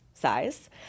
Size